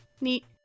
Neat